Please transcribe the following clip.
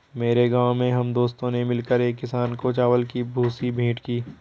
मेरे गांव में हम दोस्तों ने मिलकर एक किसान को चावल की भूसी भेंट की